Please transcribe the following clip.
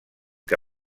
que